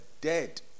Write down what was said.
dead